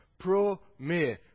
Pro-me